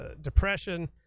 depression